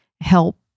help